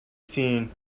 seen